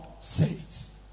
says